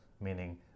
meaning